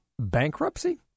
bankruptcy